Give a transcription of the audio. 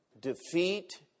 defeat